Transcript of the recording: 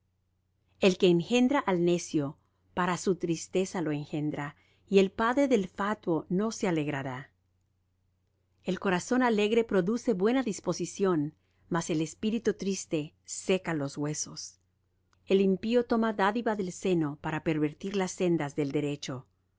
el que engendra al necio para su tristeza lo engendra y el padre del fatuo no se alegrará el corazón alegre produce buena disposición mas el espíritu triste seca los huesos el impío toma dádiva del seno para pervertir las sendas del derecho